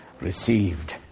received